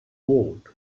world